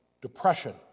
depression